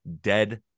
dead